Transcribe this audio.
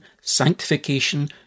sanctification